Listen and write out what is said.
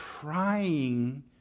trying